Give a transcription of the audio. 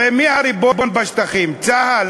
הרי מי הריבון בשטחים, צה"ל?